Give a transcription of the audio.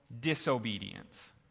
Disobedience